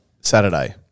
Saturday